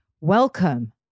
welcome